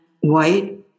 White